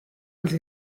els